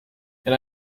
and